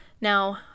Now